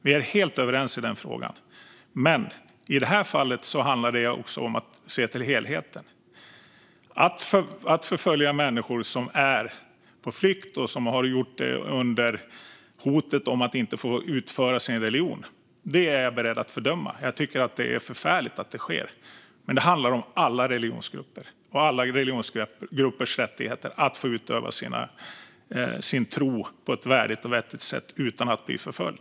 Vi är helt överens i den frågan. I detta fall handlar det dock också om att se till helheten. Att förfölja människor som är på flykt och som har flytt under hot om att inte få utöva sin religion är jag beredd att fördöma - jag tycker att det är förfärligt att detta sker. Men det handlar om alla religionsgrupper och alla religionsgruppers rättighet att få utöva sin tro på ett värdigt och vettigt sätt utan att bli förföljd.